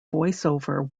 voiceover